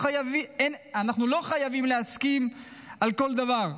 ואנחנו לא חייבים להסכים על כל דבר,